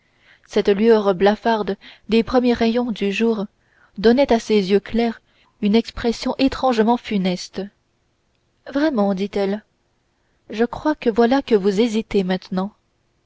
cette lueur blafarde des premiers rayons du jour donnait à ses yeux clairs une expression étrangement funeste vraiment dit-elle je crois que voilà que vous hésitez maintenant